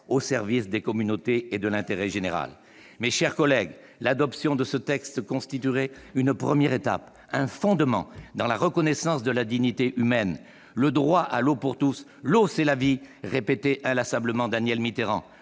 au service des communautés et de l'intérêt général. Mes chers collègues, l'adoption de ce texte constituerait une première étape, un fondement dans la reconnaissance de la dignité humaine : le droit à l'eau pour tous. « L'eau, c'est la vie !», répétait inlassablement Danielle Mitterrand.